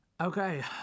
Okay